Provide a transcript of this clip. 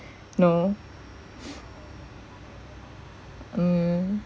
no mm